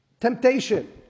temptation